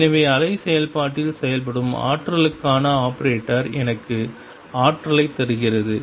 எனவே அலை செயல்பாட்டில் செயல்படும் ஆற்றலுக்கான ஆபரேட்டர் எனக்கு ஆற்றலைத் தருகிறது